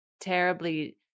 terribly